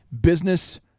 business